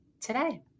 today